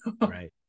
Right